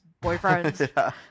boyfriend's